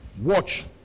watch